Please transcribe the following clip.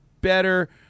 better